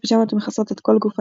ופיג'מות המכסות את כל גוף האדם,